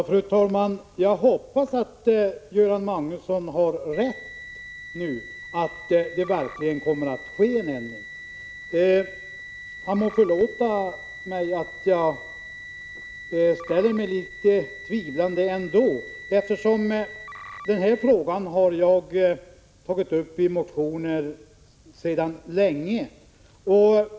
Fru talman! Jag hoppas att Göran Magnusson har rätt — att det verkligen kommer att ske en ändring. Han må förlåta att jag ändå ställer mig litet tvivlande. Denna fråga har jag tagit upp i motioner sedan länge.